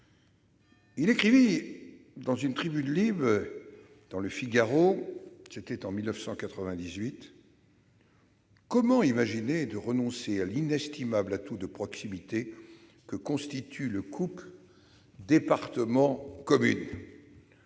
il écrivait dans une tribune libre publiée dans :« Comment imaginer de renoncer à l'inestimable atout de proximité que constitue le couple département-communes ?»